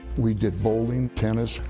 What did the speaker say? we did bowling, tennis,